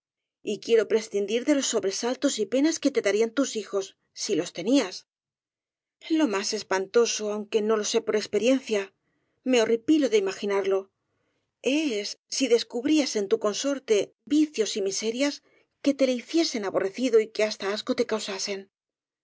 y quiero prescindir de los sobresaltos y penas que te darían tus hijos si los tenías lo más espantoso aunque no lo sé por experiencia me horripilo de imagi narlo es si descubrías en tu consorte vicios y miserias que te le hiciesen aborrecido y que hasta asco te causasen